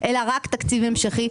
אלא רק תקציב המשכי.